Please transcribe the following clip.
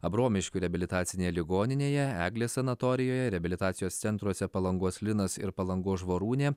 abromiškių reabilitacinėje ligoninėje eglės sanatorijoje reabilitacijos centruose palangos linas ir palangos žvorūnė